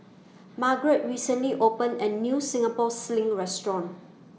Margarett recently opened A New Singapore Sling Restaurant